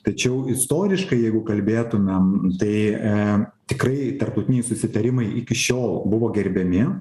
tačiau istoriškai jeigu kalbėtumėm tai e tikrai tarptautiniai susitarimai iki šiol buvo gerbiami